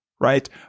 right